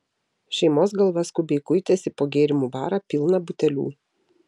šeimos galva skubiai kuitėsi po gėrimų barą pilną butelių